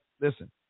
Listen